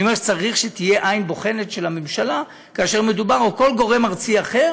אני אומר שצריך שתהיה עין בוחנת של הממשלה או כל גורם ארצי אחר